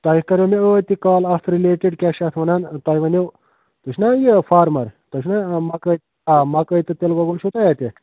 تۄہہِ کَریٚو مےٚ ٲدۍ تہِ کال اَتھ رِلیٹِڈ کیٛاہ چھِ اتھ وَنان تۄہہِ وَنِو تُہۍ چھِو نا یہِ فارمر تۄہہِ چھُو نا مَکٲے آ مَکٲے تہٕ تیٖلہٕ گۅگُل چھُو تۄہہِ اَتہِ